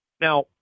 now